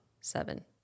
seven